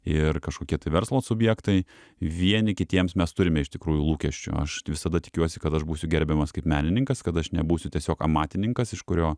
ir kažkokie tai verslo subjektai vieni kitiems mes turime iš tikrųjų lūkesčių aš visada tikiuosi kad aš būsiu gerbiamas kaip menininkas kad aš nebūsiu tiesiog amatininkas iš kurio